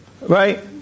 Right